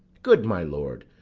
good my lord,